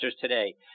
today